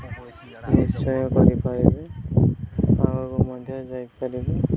ନିଶ୍ଚୟ କରିପାରିବେ ଆଗକୁ ମଧ୍ୟ ଯାଇପାରିବେ